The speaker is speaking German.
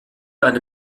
eine